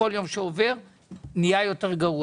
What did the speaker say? כשכל יום שעובר נהיה יותר גרוע.